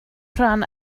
rhan